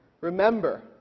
Remember